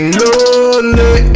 lonely